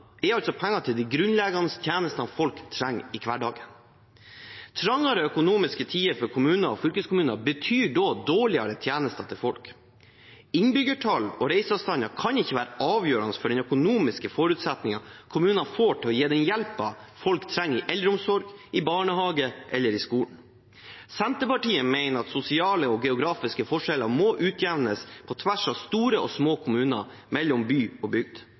er altså penger til de grunnleggende tjenestene folk trenger i hverdagen. Trangere økonomiske tider for kommuner og fylkeskommuner betyr da dårligere tjenester til folk. Innbyggertall og reiseavstander kan ikke være avgjørende for den økonomiske forutsetningen kommunene får til å gi den hjelpen folk trenger i eldreomsorg, i barnehage eller i skole. Senterpartiet mener at sosiale og geografiske forskjeller må utjevnes på tvers av store og små kommuner, mellom by og bygd.